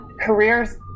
careers